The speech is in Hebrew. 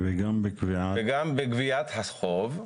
וגם בגביית החוב.